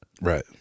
Right